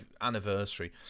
anniversary